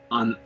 on